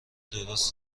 درست